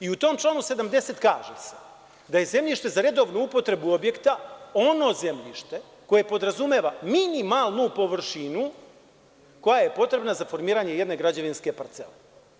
U tom članu 70. se kaže da je zemljište za redovnu upotrebu objekta ono zemljište koje podrazumeva minimalnu površinu koja je potrebna za formiranje jedne građevinske parcele.